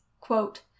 quote